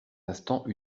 instants